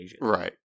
Right